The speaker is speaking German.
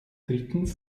drittens